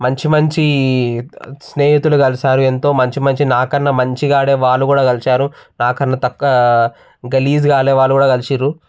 మంచి మంచీ స్నేహితులు కలిసారు ఎంతో మంచి మంచి నాకన్నా మంచిగా ఆడేవాళ్ళు కూడా గలిసారు నాకన్నా తక్కువ గలీజుగా ఆడేవాళ్ళు కూడా కలిసారు